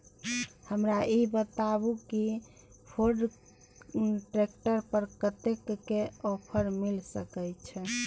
हमरा ई बताउ कि फोर्ड ट्रैक्टर पर कतेक के ऑफर मिलय सके छै?